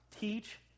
teach